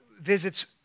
visits